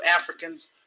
Africans